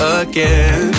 again